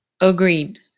agreed